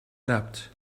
leapt